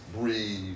breathe